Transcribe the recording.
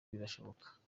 birashoboka